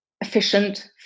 efficient